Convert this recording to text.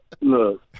Look